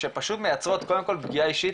שפשוט מייצרות קודם כל פגיעה אישית